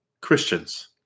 Christians